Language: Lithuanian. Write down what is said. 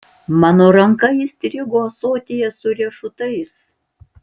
mano ranka įstrigo ąsotyje su riešutais